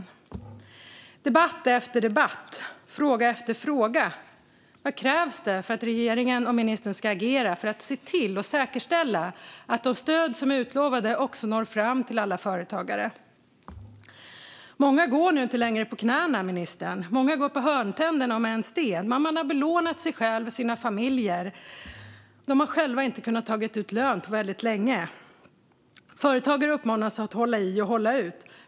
I debatt efter debatt och i fråga efter fråga undrar vi vad som krävs för att regeringen ska agera för att säkerställa att de stöd som är utlovade också når fram till alla företagare. Många går nu inte längre på knäna, ministern. Många går på hörntänderna, om ens det. Man har belånat sig själv och sina familjer och har själv inte kunnat ta ut lön på väldigt länge. Företagare uppmanas att hålla i och hålla ut.